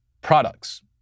products